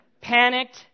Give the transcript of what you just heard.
panicked